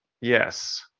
Yes